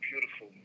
beautiful